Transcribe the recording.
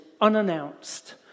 unannounced